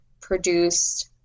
produced